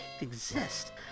exist